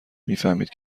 میفهمید